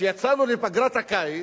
כשיצאנו לפגרת הקיץ,